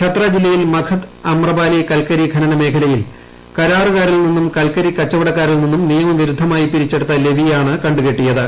ഛത്ര ജില്ലയിൽ മഗധ് അമ്രപാലി കൽക്കരി ഖനന മേഖലയിൽ കരാറുകാരിൽ നിന്നും കൽക്കരി കച്ചവടക്കാരിൽ നിന്നും നിയമവിരുദ്ധമായി പിരിച്ചെടുത്ത ലെവിയാണ് കണ്ടു കെട്ടിയത്